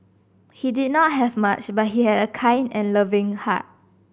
he did not have much but he had a kind and loving heart